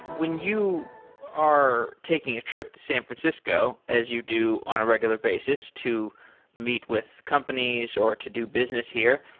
when you are taking a trip to san francisco, as you do on a regular basis to meet with companies or to do business here,